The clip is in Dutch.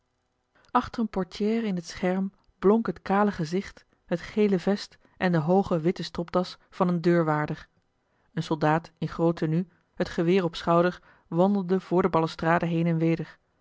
achter eene portière in het scherm blonk het kale gezicht het gele vest en de hooge witte stropdas van een deurwaarder een soldaat in groot tenue het geweer op schouder wandelde voor de balustrade heen en weder